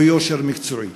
יושר מקצועי